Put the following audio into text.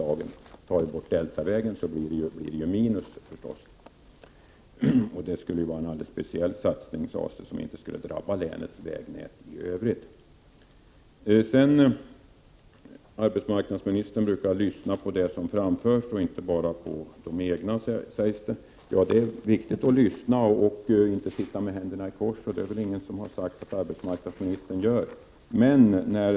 Tar man bort Deltavägen blir det ju minus, förstås, och den skulle vara en alldeles speciell satsning, sades det, som inte skulle drabba länets vägnät i övrigt. Arbetsmarknadsministern brukar lyssna till det som framförs och inte bara till det egna, sägs det. Ja, det är viktigt att lyssna, och det är väl ingen som har sagt att arbetsmarknadsministern sitter med händerna i kors.